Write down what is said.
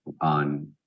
on